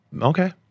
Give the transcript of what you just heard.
okay